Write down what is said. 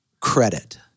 credit